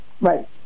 Right